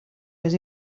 més